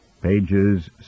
pages